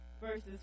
verses